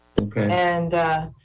Okay